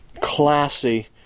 classy